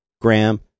Graham